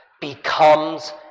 becomes